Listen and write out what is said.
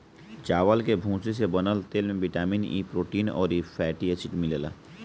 चावल के भूसी से बनल तेल में बिटामिन इ, प्रोटीन अउरी फैटी एसिड मिलेला